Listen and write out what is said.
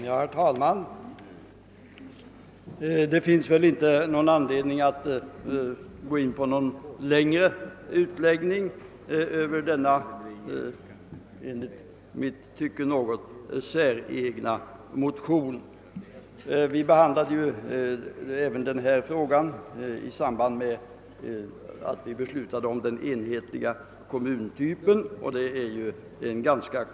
Herr talman! Det finns väl ingen anledning att göra någon längre utläggning över denna i mitt tycke något säregna motion. Vi behandlade ju även denna fråga i samband med att vi ganska nyligen beslutade om den enhetliga kommunbeteckningen.